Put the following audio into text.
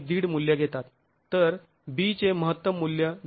५ मूल्य घेतात तर b चे महत्तम मूल्य १